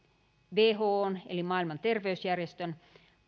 whon eli maailman terveysjärjestön